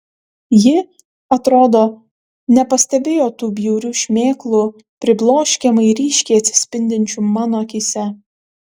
ji atrodo nepastebėjo tų bjaurių šmėklų pribloškiamai ryškiai atsispindinčių mano akyse